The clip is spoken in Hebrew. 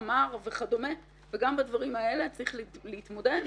וכדומה וגם בדברים האלה צריך להתמודד.